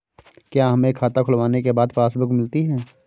क्या हमें खाता खुलवाने के बाद पासबुक मिलती है?